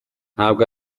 ntabwo